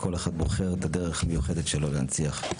כל אחד בוחר את הדרך המיוחדת שלו להנציח.